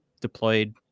deployed